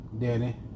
Danny